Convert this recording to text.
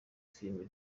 filime